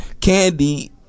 Candy